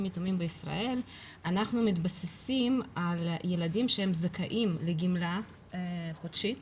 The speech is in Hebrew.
יתומים בישראל אנחנו מתבססים על ילדים שזכאים לגמלה חודשית